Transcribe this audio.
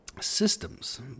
systems